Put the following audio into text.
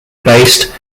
based